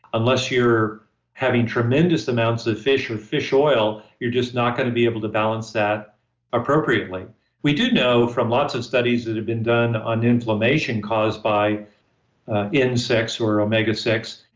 unless you're having tremendous amounts of fish or fish oil, you're just not going to be able to balance that appropriately we do know from lots of studies that have been done on inflammation caused by insects or omega six,